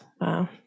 Wow